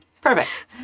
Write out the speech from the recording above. Perfect